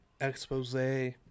Expose